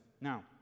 Now